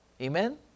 Amen